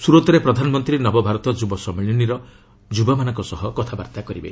ସୁରତ୍ରେ ପ୍ରଧାନମନ୍ତ୍ରୀ ନବଭାରତ ଯୁବ ସମ୍ମିଳନୀରେ ଯୁବାମାନଙ୍କ ସହ କଥାବାର୍ତ୍ତା କରିବେ